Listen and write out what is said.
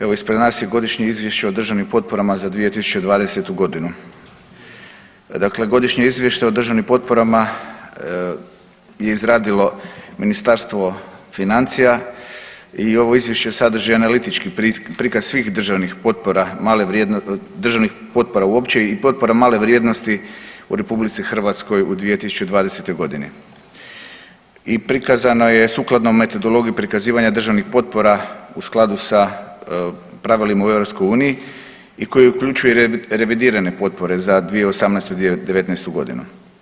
Evo ispred nas je godišnje izvješće o državnim potporama za 2020.g., dakle godišnje izvješće o državnim potporama je izradilo Ministarstvo financija i ovo izvješće sadrži analitički prikaz svih državnih potpora, državnih potpora uopće i potpora male vrijednosti u RH u 2020.g. i prikazana je sukladno metodologiji prikazivanja državnih potpora u skladu sa pravilima u EU i koji uključuje revidirane potpore za 2018. i 2019.g.